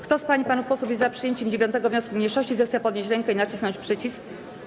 Kto z pań i panów posłów jest za przyjęciem 9. wniosku mniejszości, zechce podnieść rękę i nacisnąć przycisk.